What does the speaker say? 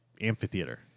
amphitheater